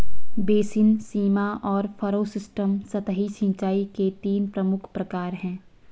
basin, सीमा और furrow system सतही सिंचाई के तीन प्रमुख प्रकार है